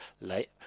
late